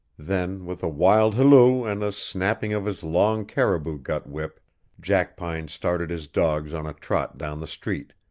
then with a wild halloo and a snapping of his long caribou-gut whip jackpine started his dogs on a trot down the street,